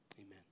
amen